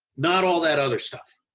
not all that other stuff,